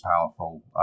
powerful